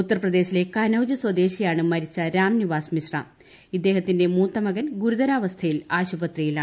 ഉത്തർപ്രദേശിലെ കനൌജ് സ്വദേശിയാണ് മരിച്ച രാം നിവാസ് മിശ്രീ ഇ്ദ്ദേഹത്തിന്റെ മൂത്തമകൻ ഗുരുതരാവസ്ഥയിൽ ആശ്ച്പത്രിയിലാണ്